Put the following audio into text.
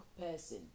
person